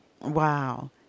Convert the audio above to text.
Wow